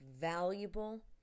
valuable